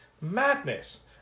madness